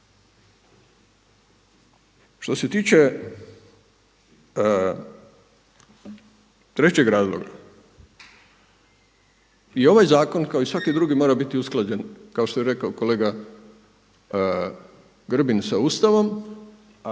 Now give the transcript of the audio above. Što se tiče trećeg razloga i ovaj zakon kao i svaki drugi mora biti usklađen kao što je rekao kolega Grbin, sa Ustavom